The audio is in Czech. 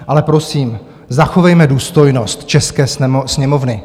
Ale prosím, zachovejme důstojnost české Sněmovny.